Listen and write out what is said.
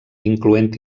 incloent